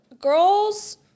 Girls